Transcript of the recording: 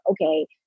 okay